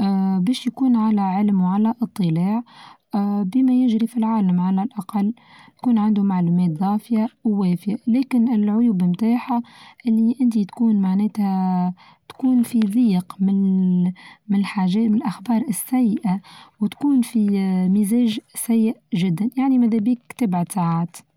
آآ باش يكون على علم وعلى إطلاع آآ بما يجري في العالم على الأقل يكون عنده معلومات ظافية ووافية، لكن العيوب بتاعها اللي أنت تكون معناتها آآ تكون في ضيق من-من الحاچا من الأخبار السيئة وتكون في آآ مزاچ سيء چدا، يعني ماذا بيك تبعت ساعات.